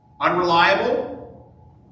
Unreliable